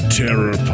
terror